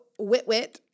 Witwit